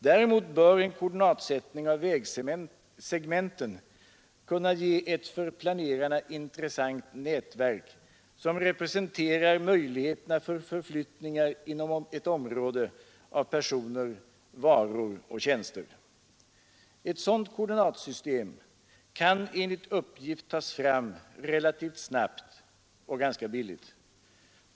Däremot bör en koordinatsättning av vägsegmenten kunna ge ett för planerarna intressant nätverk, som representerar möjligheterna för förflyttningar inom ett område av personer, varor och tjänster. Ett sådant koordinatregister kan enligt uppgift tas fram relativt snabbt och billigt.